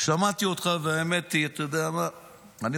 שמעתי אותך, והאמת היא, אתה יודע מה --- והסכמת.